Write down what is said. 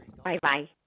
Bye-bye